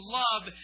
love